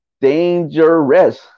dangerous